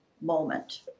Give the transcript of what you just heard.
moment